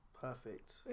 Perfect